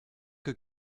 que